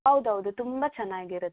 ಹೌದೌದು ತುಂಬ ಚೆನ್ನಾಗಿರುತ್ತೆ